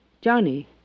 Johnny